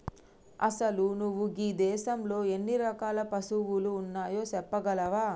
అసలు నువు గీ దేసంలో ఎన్ని రకాల పసువులు ఉన్నాయో సెప్పగలవా